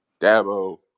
Dabo